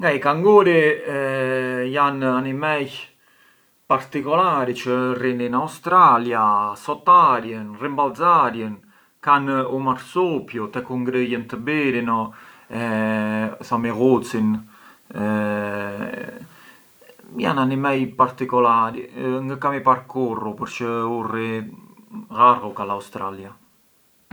I canguri jan animej particolari çë rrin in Australia, sotarjën, rimbalxarjën, kan u marsupiu te ku ngrëjën të birin, thomi ghucin, jan animej particolari çë u ngë kam par kurrë, përçë u rri llargu ka l’Australia.